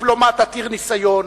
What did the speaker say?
דיפלומט עתיר ניסיון